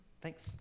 Thanks